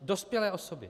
Dospělé osoby.